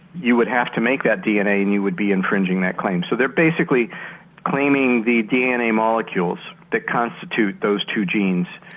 you would have to make that dna and you would be infringing that claim. so they are basically claiming the dna molecules that constitute those two genes.